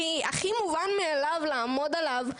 הכי מובן מאליו לעמוד עליו,